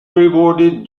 rewarded